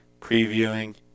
previewing